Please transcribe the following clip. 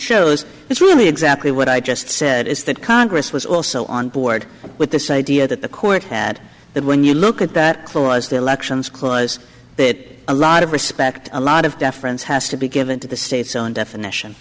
shows it's really exactly what i just said is that congress was also on board with this idea that the court had that when you look at that clause the elections clause that a lot of respect a lot of deference has to be given to the state's own definition